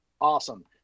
awesome